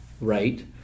right